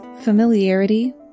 familiarity